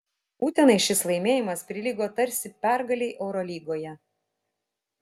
utenai šis laimėjimas prilygo tarsi pergalei eurolygoje